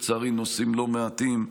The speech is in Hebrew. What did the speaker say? יש, לצערי, נושאים לא מעטים,